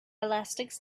elastics